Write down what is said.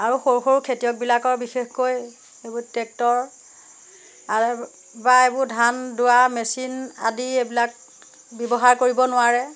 আৰু সৰু সৰু খেতিয়কবিলাকৰ বিশেষকৈ এইবোৰ ট্ৰেক্টৰ আৰু বা এইবোৰ ধান দোৱা মেচিন আদি এইবিলাক ব্যৱহাৰ কৰিব নোৱাৰে